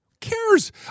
cares